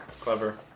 Clever